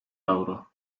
avro